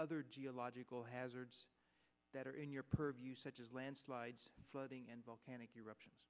other geological hazards that are in your purview such as landslides flooding and volcanic eruptions